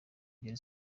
ngeri